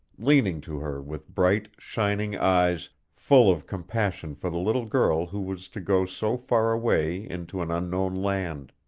leaning to her with bright, shining eyes full of compassion for the little girl who was to go so far away into an unknown land